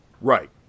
Right